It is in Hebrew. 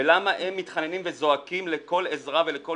ולמה הם מתחננים וזועקים לכל עזרה ולכל